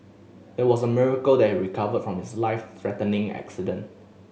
it was a miracle that he recovered from his life threatening accident